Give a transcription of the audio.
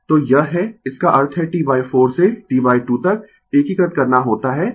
तो यह है इसका अर्थ है T4 से T2 तक एकीकृत करना होता है